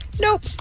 Nope